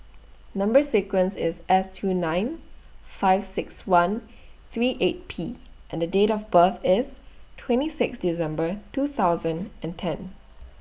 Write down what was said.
Number sequence IS S two nine five six one three eight P and Date of birth IS twenty six December two thousand and ten